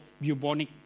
bubonic